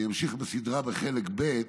אני אמשיך בסדרה בחלק ב',